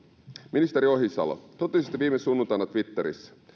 ministeri ohisalo totesitte viime sunnuntaina twitterissä